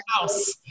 house